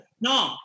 No